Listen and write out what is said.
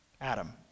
Adam